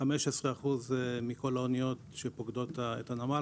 15% מכל האניות שפוקדות את הנמל,